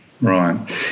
Right